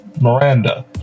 Miranda